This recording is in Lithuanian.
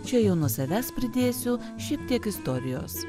čia jau nuo savęs pridėsiu šiek tiek istorijos